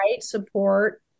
support